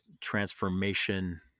transformation